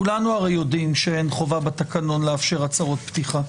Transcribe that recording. כולנו הרי יודעים שאין חובה בתקנון לאפשר הצהרות פתיחה,